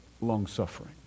long-suffering